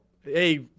hey